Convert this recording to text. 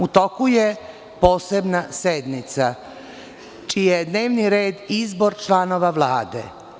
U toku je posebna sednica čiji je dnevni red izbor članova Vlade.